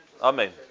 Amen